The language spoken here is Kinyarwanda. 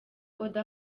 oda